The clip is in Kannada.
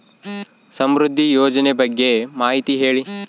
ಸಮೃದ್ಧಿ ಯೋಜನೆ ಬಗ್ಗೆ ಮಾಹಿತಿ ಹೇಳಿ?